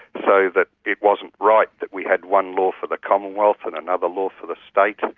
so that it wasn't right that we had one law for the commonwealth, and another law for the state,